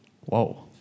Whoa